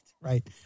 Right